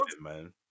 man